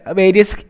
various